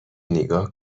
نیگا